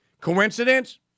Coincidence